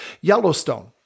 yellowstone